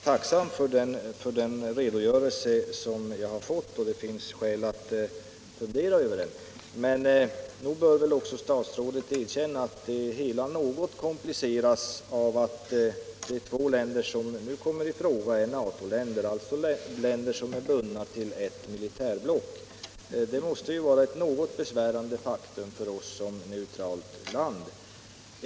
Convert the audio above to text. Herr talman! Jag är tacksam för den redogörelse som jag har fått, och det finns skäl att fundera över den. Men nog bör väl också statsrådet erkänna att det hela något kompliceras av att de två länder som nu kommer i fråga är NATO-länder, alltså länder som är bundna till ett militärblock. Det måste vara ett något besvärande faktum för oss som neutralt land.